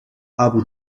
abu